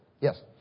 Yes